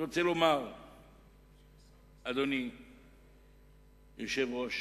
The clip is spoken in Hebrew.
אדוני היושב-ראש,